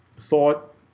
thought